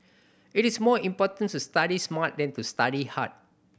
it is more important to study smart than to study hard